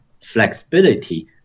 flexibility